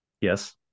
Yes